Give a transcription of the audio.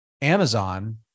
Amazon